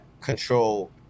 control